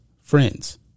friends